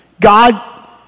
God